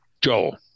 Joel